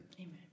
amen